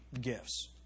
gifts